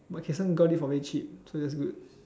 but Kayson got it for very cheap so that's good